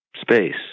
space